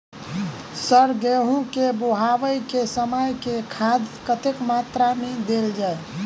Sir गेंहूँ केँ बोवाई केँ समय केँ खाद कतेक मात्रा मे देल जाएँ?